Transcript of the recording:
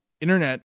internet